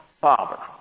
father